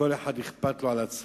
לכל אחד אכפת על עצמו,